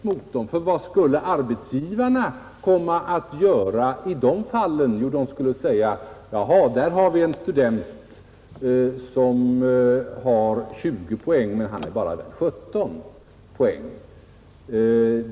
Ty vad skulle arbetsgivarna komma att göra i de här fallen? Jo, de skulle säga: Jaha, där har vi en student som fått 20 poäng, men han är bara värd 17 poäng.